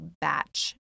batch